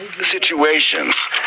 situations